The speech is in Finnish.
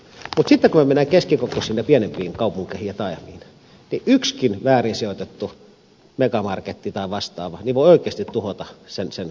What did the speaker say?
mutta sitten kun me menemme keskikokoisiin ja pienempiin kaupunkeihin ja taajamiin yksikin väärin sijoitettu megamarketti tai vastaava voi oikeasti tuhota sen koko keskustan